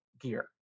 gear